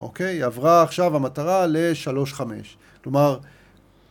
אוקיי? עברה עכשיו המטרה ל-3.5. כלומר...